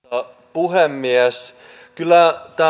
puhemies kyllä tämä